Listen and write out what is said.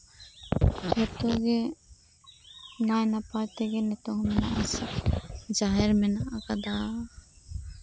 ᱡᱚᱛᱚ ᱜᱮ ᱱᱟᱭ ᱱᱟᱯᱟᱭ ᱛᱮ ᱜᱮ ᱱᱤᱛᱚᱝ ᱡᱟᱦᱮᱨ ᱢᱮᱱᱟᱜ ᱟᱠᱟᱫᱟ